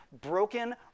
broken